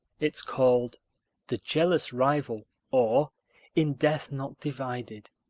it's called the jealous rival or in death not divided